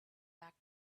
back